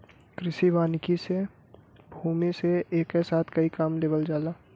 कृषि वानिकी से भूमि से एके साथ कई काम लेवल जाला